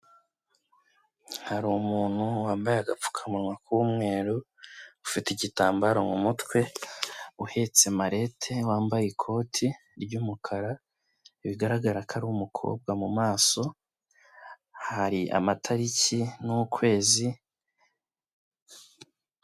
Hari umuntu wambaye agapfukamunwa k'umweru ufite igitambaro mu mutwe uhetse malete wambaye ikoti ry'umukara, bigaragara ko ari umukobwa mu maso hari amatariki n'ukwezi.